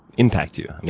impact you?